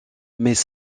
mais